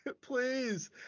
please